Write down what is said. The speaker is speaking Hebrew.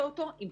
להגיד,